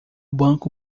banco